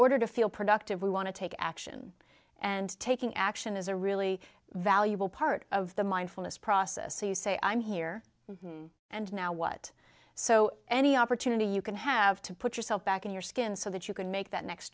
order to feel productive we want to take action and taking action is a really valuable part of the mindfulness process so you say i'm here and now what so any opportunity you can have to put yourself back in your skin so that you can make that next